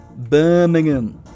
Birmingham